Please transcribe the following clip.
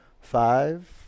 five